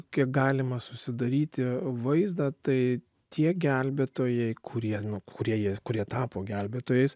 kiek galima susidaryti vaizdą tai tie gelbėtojai kurie nu kurie kurie tapo gelbėtojais